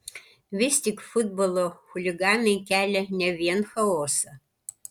vis tik futbolo chuliganai kelia ne vien chaosą